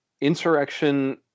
Insurrection